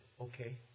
okay